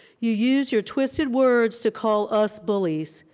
you use your twisted words to call us bullies.